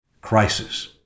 Crisis